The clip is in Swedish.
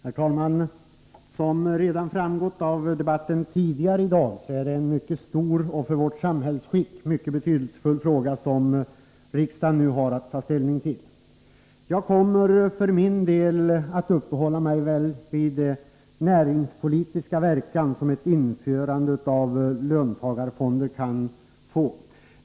Herr talman! Som redan framgått av debatten tidigare i dag är det en mycket stor och för vårt samhällsskick mycket betydelsefull fråga som riksdagen nu har att ta ställning till. Jag kommer för min del att uppehålla mig vid den näringspolitiska verkan som ett införande av löntagarfonder kan få.